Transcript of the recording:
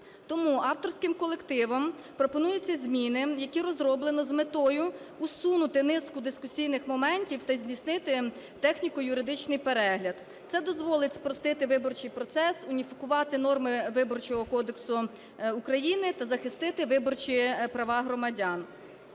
Тому авторським колективом пропонуються зміни, які розроблено з метою усунути низку дискусійних моментів та здійснити техніко-юридичний перегляд. Це дозволить спростити виборчий процес, уніфікувати норми Виборчого кодексу України та захистити виборчі права громадян.